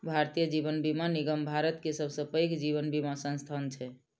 भारतीय जीवन बीमा निगम भारत के सबसे पैघ जीवन बीमा संस्थान छै